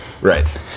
Right